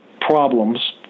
problems